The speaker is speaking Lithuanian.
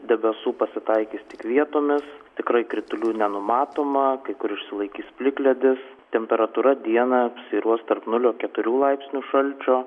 debesų pasitaikys tik vietomis tikrai kritulių nenumatoma kai kur išsilaikys plikledis temperatūra dieną svyruos tarp nulio keturių laipsnių šalčio